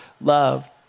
love